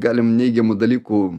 galim neigiamų dalykų